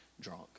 drunk